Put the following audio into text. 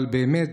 אבל באמת,